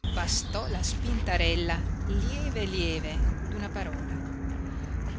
bastò la spinterella lieve lieve d'una parola